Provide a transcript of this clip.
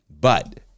but-